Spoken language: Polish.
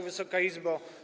Wysoka Izbo!